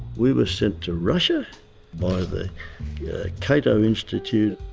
we were sent to russia by the cato institute.